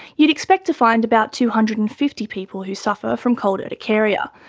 you'd expect to find about two hundred and fifty people who suffer from cold urticaria.